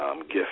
gift